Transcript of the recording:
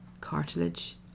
cartilage